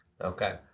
Okay